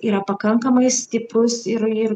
yra pakankamai stiprus ir ir